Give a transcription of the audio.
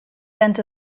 went